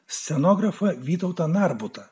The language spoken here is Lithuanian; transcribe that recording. scenografą vytautą narbutą